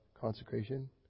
consecration